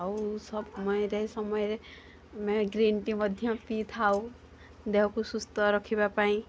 ଆଉ ସମୟରେ ସମୟରେ ଆମେ ଗ୍ରୀନ୍ ଟି ମଧ୍ୟ ପିଇଥାଉ ଦେହକୁ ସୁସ୍ଥ ରଖିବା ପାଇଁ